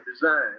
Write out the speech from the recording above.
design